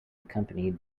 accompanied